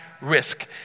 risk